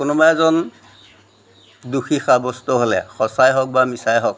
কোনোবা এজন দোষী সাব্যস্ত হ'লে সচাই হওক বা মিছাই হওক